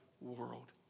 world